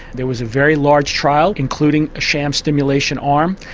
there was a very large trial including a sham stimulation arm,